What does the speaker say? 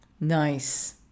Nice